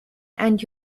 and